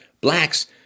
Blacks